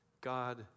God